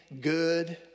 good